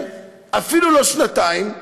אפילו לא שנתיים,